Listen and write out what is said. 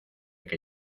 que